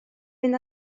fynd